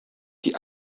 die